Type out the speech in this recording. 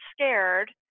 scared